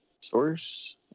source